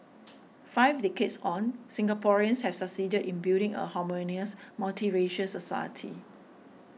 five decades on Singaporeans have succeeded in building a harmonious multiracial society